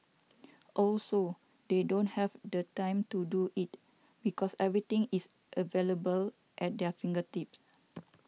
also they don't have the time to do it because everything is available at their fingertips